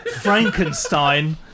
Frankenstein